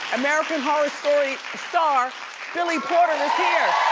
american horror story star billy porter is here,